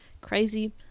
crazy